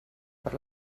per